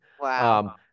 Wow